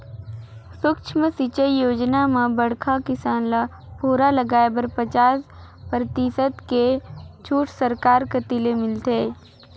सुक्ष्म सिंचई योजना म बड़खा किसान ल फुहरा लगाए बर पचास परतिसत के छूट सरकार कति ले मिलथे